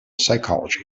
psychology